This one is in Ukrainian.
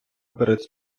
перед